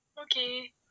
Okay